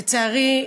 לצערי,